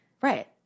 Right